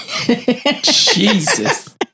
Jesus